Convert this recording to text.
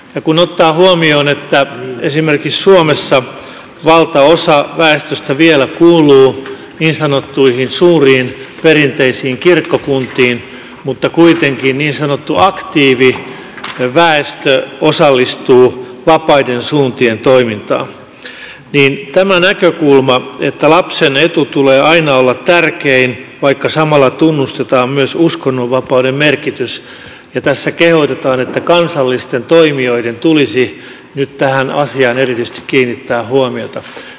ja kun ottaa huomioon että esimerkiksi suomessa valtaosa väestöstä vielä kuuluu niin sanottuihin suuriin perinteisiin kirkkokuntiin mutta kuitenkin niin sanottu aktiiviväestö osallistuu vapaiden suuntien toimintaan niin on tämä näkökulma että lapsen edun tulee aina olla tärkein vaikka samalla tunnustetaan myös uskonnonvapauden merkitys ja tässä kehotetaan että kansallisten toimijoiden tulisi nyt tähän asiaan erityisesti kiinnittää huomiota